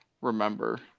remember